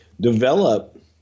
develop